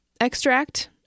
extract